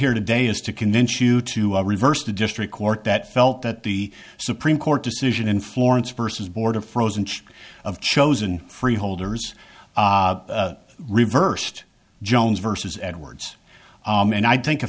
here today is to convince you to reverse the district court that felt that the supreme court decision in florence versus board of frozen of chosen freeholders reversed jones versus edwards and i think a